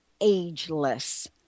ageless